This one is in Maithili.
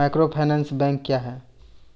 माइक्रोफाइनेंस बैंक क्या हैं?